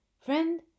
Friend